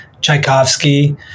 Tchaikovsky